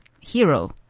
hero